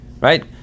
Right